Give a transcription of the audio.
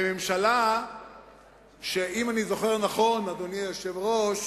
בממשלה שאם אני זוכר נכון, אדוני היושב-ראש,